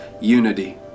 unity